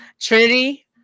Trinity